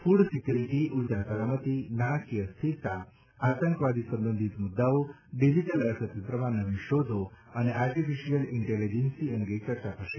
food security ઉજા સલામતિ નાણાંકિય સ્થિરતા આતંકવાદી સંબંધિત મુદ્દાઓ ડીજીટલ અર્થતંત્રમાં નવી શોધો અને આર્ટીફિસિયલ ઇન્ટેલિજન્સ અંગે ચર્ચા થશે